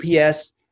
UPS